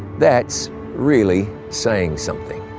that's really saying something.